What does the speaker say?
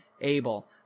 Abel